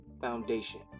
Foundation